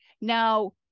Now